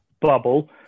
bubble